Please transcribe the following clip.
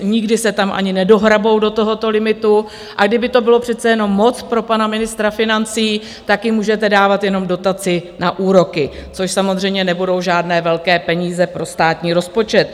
Nikdy se tam ani nedohrabou do tohoto limitu, a kdyby to bylo přece jenom moc pro pana ministra financí, tak jim můžete dávat jenom dotaci na úroky, což samozřejmě nebudou žádné velké peníze pro státní rozpočet.